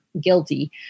guilty